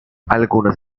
algunas